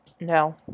No